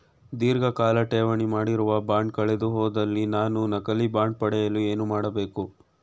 ಧೀರ್ಘಕಾಲ ಠೇವಣಿ ಮಾಡಿರುವ ಬಾಂಡ್ ಕಳೆದುಹೋದಲ್ಲಿ ನಾನು ನಕಲಿ ಬಾಂಡ್ ಪಡೆಯಲು ಏನು ಮಾಡಬೇಕು?